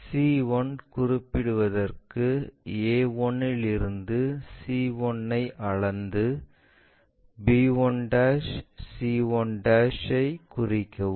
c1 குறிப்பிடுவதற்கு a1 இலிருந்து c 1 ஐ அளந்து b 1 c 1 ஐ குறிக்கவும்